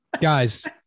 guys